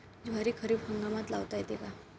ज्वारी खरीप हंगामात लावता येते का?